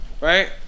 Right